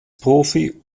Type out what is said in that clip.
profi